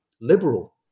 liberal